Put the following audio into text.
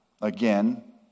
again